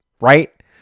right